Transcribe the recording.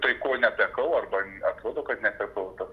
tai ko netekau arba atrodo kad netekau to